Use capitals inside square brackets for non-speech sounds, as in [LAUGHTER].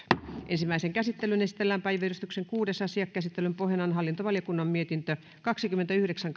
ensimmäiseen käsittelyyn esitellään päiväjärjestyksen kuudes asia käsittelyn pohjana on hallintovaliokunnan mietintö kaksikymmentäyhdeksän [UNINTELLIGIBLE]